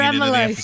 Emily